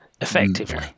effectively